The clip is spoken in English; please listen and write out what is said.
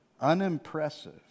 unimpressive